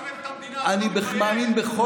ציבור שמשרת את המדינה, אתה לא מתבייש?